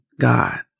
God